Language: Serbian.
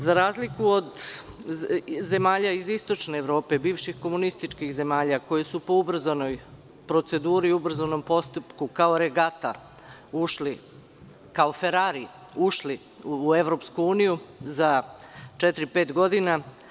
Za razliku od zemalja iz istočne Evrope, bivših komunističkih zemalja koje su po ubrzanoj proceduri, ubrzanom postupku kao regata ušli, kao Ferari ušli u EU za četiri, pet godina.